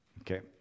okay